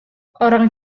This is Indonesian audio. orang